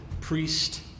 priest